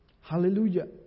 Hallelujah